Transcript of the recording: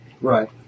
Right